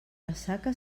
ressaca